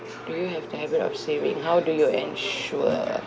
do you have the habit of saving how do you ensure